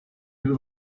into